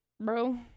bro